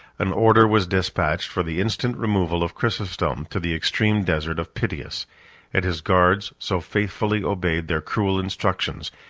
an order was despatched for the instant removal of chrysostom to the extreme desert of pityus and his guards so faithfully obeyed their cruel instructions,